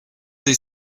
des